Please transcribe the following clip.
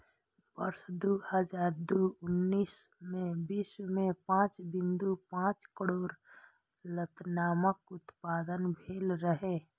वर्ष दू हजार उन्नैस मे विश्व मे पांच बिंदु पांच करोड़ लतामक उत्पादन भेल रहै